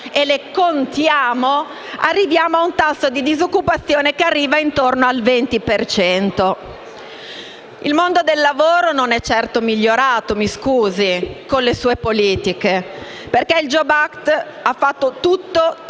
e le contiamo arriviamo ad un tasso di disoccupazione che sfiora il 20 per cento. Il mondo del lavoro non è certo migliorato, mi scusi, con le sue politiche perché il *jobs act* ha fatto tutto tranne